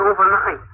overnight